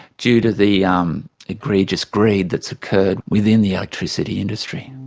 due to the um egregious greed that's occurred within the electricity industry.